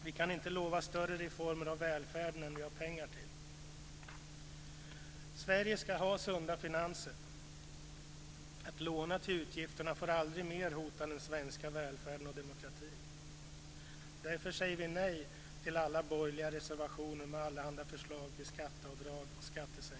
Vi kan inte lova större reformer av välfärden än vi har pengar till. Sverige ska ha sunda finanser. Att låna till utgifterna får aldrig mer hota den svenska välfärden och demokratin. Därför säger vi nej till alla borgerliga reservationer med allehanda förslag till skatteavdrag och skattesänkningar.